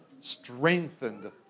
strengthened